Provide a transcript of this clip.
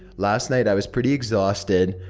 last night i was pretty exhausted,